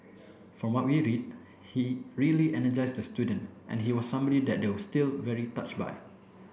from what we read he really energized the student and he was somebody that they were still very touched by